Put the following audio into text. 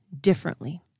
differently